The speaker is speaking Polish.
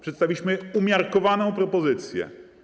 Przedstawiliśmy umiarkowaną propozycję.